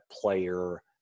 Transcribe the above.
player